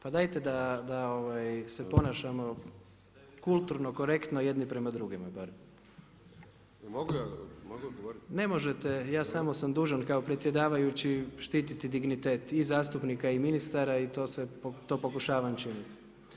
Pa dajte da se ponašamo kulturno, korektno jedni prema drugima bar. … [[Upadica se ne razumije.]] Ne možete, ja samo sam dužan kao predsjedavajući štititi dignitet i zastupnika i ministara i to pokušavam učiniti.